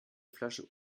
flasche